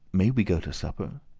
may we go to supper?